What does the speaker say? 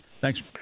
Thanks